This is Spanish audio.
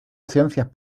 ciencias